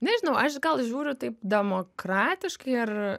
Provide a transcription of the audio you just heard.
nežinau aš gal žiūriu taip demokratiškai ar